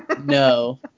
no